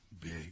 big